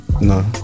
No